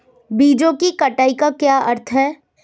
बीजों की कटाई का क्या अर्थ है?